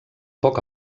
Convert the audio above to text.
poc